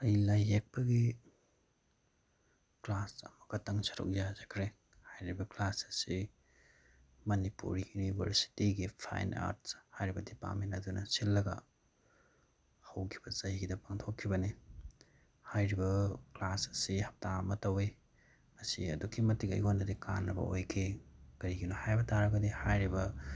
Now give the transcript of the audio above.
ꯑꯩ ꯂꯥꯏ ꯌꯦꯛꯄꯒꯤ ꯀ꯭ꯂꯥꯁ ꯑꯃꯈꯛꯇꯪ ꯁꯔꯨꯛ ꯌꯥꯖꯈ꯭ꯔꯦ ꯍꯥꯏꯔꯤꯕ ꯀ꯭ꯂꯥꯁ ꯑꯁꯤ ꯃꯅꯤꯄꯨꯔ ꯌꯨꯅꯤꯚꯔꯁꯤꯇꯤꯒꯤ ꯐꯥꯏꯟ ꯑꯥꯔꯠꯁ ꯍꯥꯏꯔꯤꯕ ꯗꯤꯄꯥꯔꯠꯃꯦꯟ ꯑꯗꯨꯅ ꯁꯤꯜꯂꯒ ꯍꯧꯈꯤꯕ ꯆꯍꯤꯗ ꯄꯥꯡꯊꯣꯛꯈꯤꯕꯅꯤ ꯍꯥꯏꯔꯤꯕ ꯀ꯭ꯂꯥꯁ ꯑꯁꯤ ꯍꯞꯇꯥ ꯑꯃ ꯇꯧꯋꯤ ꯑꯁꯤ ꯑꯗꯨꯛꯀꯤ ꯃꯇꯤꯛ ꯑꯩꯉꯣꯟꯗꯗꯤ ꯀꯥꯟꯅꯕ ꯑꯣꯏꯈꯤ ꯀꯔꯤꯒꯤꯅꯣ ꯍꯥꯏꯕ ꯇꯥꯔꯒꯗꯤ ꯍꯥꯏꯔꯤꯕ